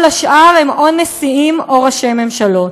כל השאר הם או נשיאים או ראשי ממשלות.